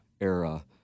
era